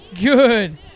Good